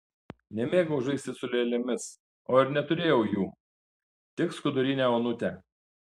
nemėgau žaisti su lėlėmis o ir neturėjau jų tik skudurinę onutę